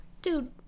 Dude